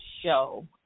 show